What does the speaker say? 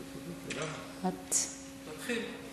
תתחיל,